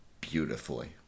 beautifully